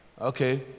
Okay